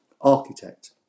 architect